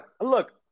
Look